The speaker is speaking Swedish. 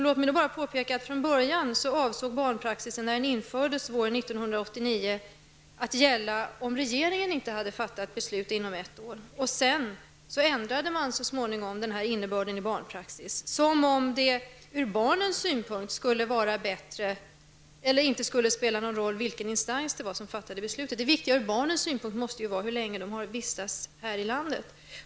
Låt mig då påpeka att från början avsåg barnpraxisen, när den infördes våren 1989, att gälla när regeringen inte hade fattat beslut inom ett år. Så ändrades så småningom innebörden i barnpraxisen, som om det ur barnens synvinkel inte skulle spela någon roll i vilken instans beslut fattades. Det viktiga ur barnens synpunkt måste vara hur länge de har vistats i det här landet.